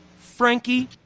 Frankie